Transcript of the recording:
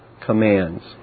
commands